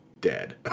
dead